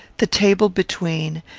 the table between,